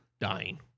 dying